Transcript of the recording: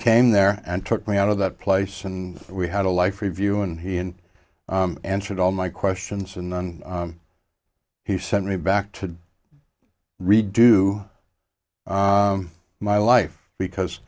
came there and took me out of that place and we had a life review and he and answered all my questions and then he sent me back to redo my life because